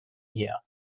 year